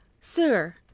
Sir